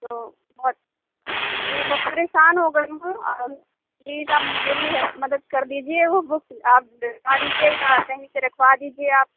تو بہت جی بہت پریشان ہو گئی ہوں اور پلیز آپ میری ہے مدد کر دیجئے وہ بک آپ دلوا دیجئے یا کہیں پہ رکھوا دیجئے آپ